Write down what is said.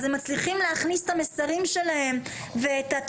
אז הם מצליחים להכניס את המסרים שלהם ואת